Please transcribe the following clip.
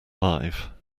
live